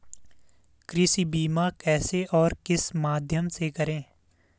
कृषि बीमा कैसे और किस माध्यम से करें?